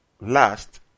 last